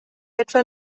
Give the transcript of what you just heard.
etwa